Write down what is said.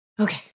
Okay